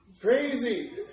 Crazy